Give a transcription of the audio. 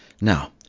Now